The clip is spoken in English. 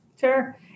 Sure